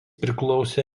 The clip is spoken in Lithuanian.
priklausė